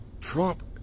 Trump